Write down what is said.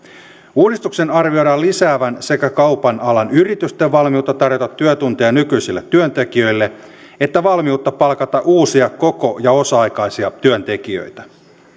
uudistuksen arvioidaan lisäävän sekä kaupan alan yritysten valmiutta tarjota työtunteja nykyisille työntekijöille että valmiutta palkata uusia koko ja osa aikaisia työntekijöitä